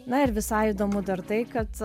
na ir visai įdomu dar tai kad